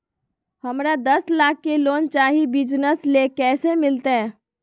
हमरा दस लाख के लोन चाही बिजनस ले, कैसे मिलते?